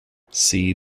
see